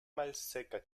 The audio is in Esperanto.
malseka